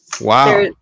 Wow